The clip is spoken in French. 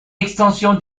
extension